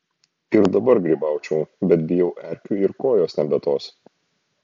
ir dabar grybaučiau bet bijau erkių ir kojos nebe tos